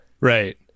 Right